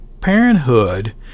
parenthood